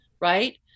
right